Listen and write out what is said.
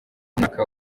umwaka